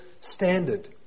standard